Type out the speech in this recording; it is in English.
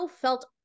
felt